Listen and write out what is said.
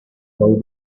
how